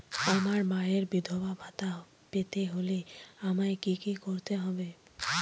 আমার মায়ের বিধবা ভাতা পেতে হলে আমায় কি কি করতে হবে?